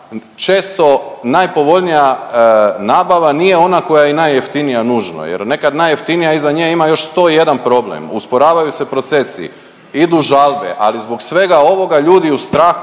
često najpovoljnija nabava nije ona koja je i najjeftinija nužno jer nekad najjeftinija iza nje ima još 101 problem, usporavaju se procesi, idu žalbe, ali zbog svega ovoga ljudi u strahu